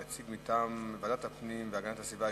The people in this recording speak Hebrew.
יציג את ההצעה מטעם ועדת הפנים והגנת הסביבה,